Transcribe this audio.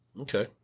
Okay